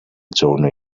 journey